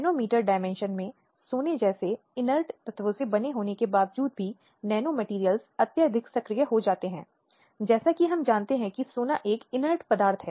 अब महिलाओं के लिए राष्ट्रीय आयोग एक वैधानिक निकाय है जिसे राष्ट्रीय महिला आयोग अधिनियम 1990 के तहत पारित किया गया है